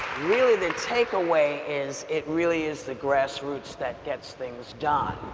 really the takeaway is, it really is the grassroots that gets things done.